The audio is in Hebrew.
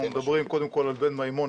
אנחנו מדברים קודם כל על בן מימון,